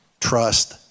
trust